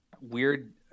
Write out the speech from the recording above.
weird